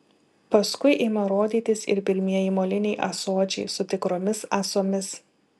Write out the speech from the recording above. paskui ima rodytis ir pirmieji moliniai ąsočiai su tikromis ąsomis